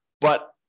but-